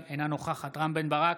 אינה נוכחת זאב אלקין,